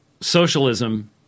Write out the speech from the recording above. socialism